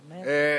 אמן.